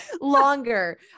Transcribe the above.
longer